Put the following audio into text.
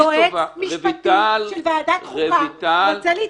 יועץ משפטי של ועדת חוקה רוצה להתייחס,